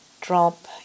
drop